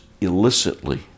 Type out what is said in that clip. illicitly